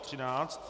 13.